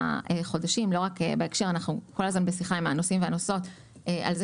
אנחנו כל הזמן בשיחה עם הנוסעים והנוסעות על כך